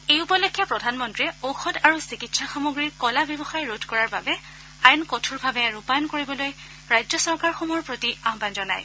এই উপলক্ষে প্ৰধানমন্ত্ৰীয়ে ঔষধ আৰু চিকিৎসা সামগ্ৰীৰ ক'লা ব্যৱসায় ৰোধ কৰাৰ বাবে আইন কঠোৰভাৱে ৰূপায়ণ কৰিবলৈ ৰাজ্য চৰকাৰসমূহৰ প্ৰতি আহান জনায়